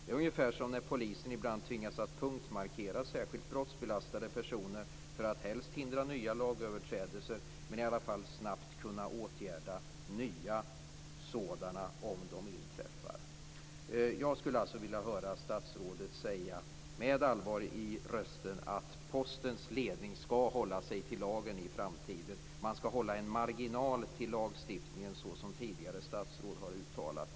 Det är ungefär som när polisen ibland tvingas punktmarkera särskilt brottsbelastade personer för att helst hindra men i alla fall snabbt åtgärda nya lagöverträdelser. Jag skulle alltså vilja höra statsrådet med allvar i rösten säga att Postens ledning skall hålla sig till lagen i framtiden. Man skall hålla en marginal när det gäller lagstiftningen, så som tidigare statsråd har uttalat.